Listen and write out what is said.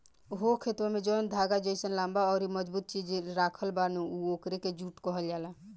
हो खेतवा में जौन धागा जइसन लम्बा अउरी मजबूत चीज राखल बा नु ओकरे के जुट कहल जाला